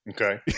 okay